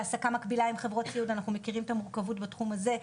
העסקה מקבילה עם חברות סיעוד ואנחנו מכירים את המורכבות גם בתחום הזה.